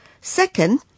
Second